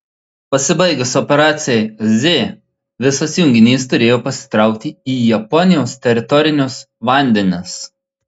pasibaigus operacijai z visas junginys turėjo pasitraukti į japonijos teritorinius vandenis